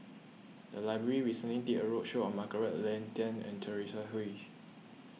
the library recently did a roadshow on Margaret Leng Tan and Teresa Hsu